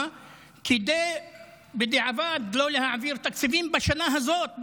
כדי בדיעבד לא להעביר תקציבים בשנה הזאת,